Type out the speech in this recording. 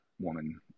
woman